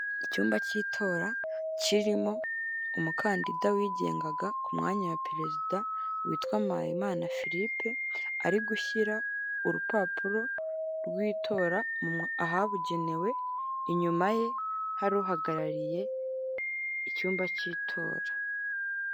Icyumba cy'itora kirimo umukandinda wigengaga ku mwanya wa perezida witwa Mpayimana Filipe, ari gushyira urupapuro rw'itora mu ahabugenewe inyuma ye hari uhagarariye icyumba cy'itora.